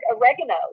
oregano